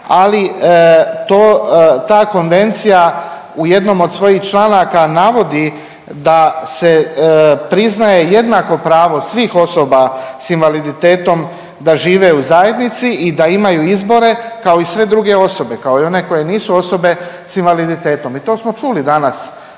to, ta konvencija u jednom od svojih članaka navodi da se priznaje jednako pravo svih osoba s invaliditetom da žive u zajednici i da imaju izbore kao i sve druge osobe, kao i one koje nisu osobe s invaliditetom. I to smo čuli danas